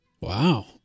Wow